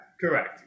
Correct